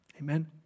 Amen